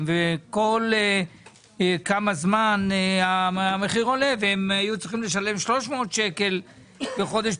וכל כמה זמן המחיר עולה והם היו צריכים לשלם 300 שקלים בחודש,